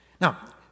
Now